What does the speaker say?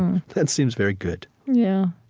and that seems very good yeah.